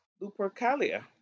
Lupercalia